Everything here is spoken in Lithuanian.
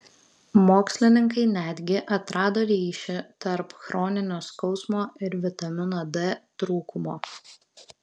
mokslininkai netgi atrado ryšį tarp chroninio skausmo ir vitamino d trūkumo